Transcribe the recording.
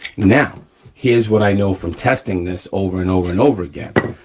now here is what i know from testing this over and over and over again.